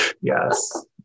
Yes